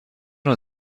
نوع